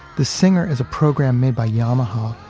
the singer is a program made by yamaha,